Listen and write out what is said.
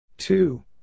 Two